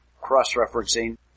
cross-referencing